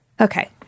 Okay